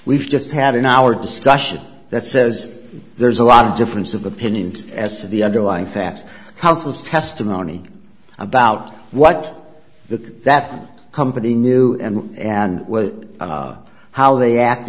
we've just had an hour discussion that says there's a lot of difference of opinions as to the underlying facts houses testimony about what the that company knew and and how they act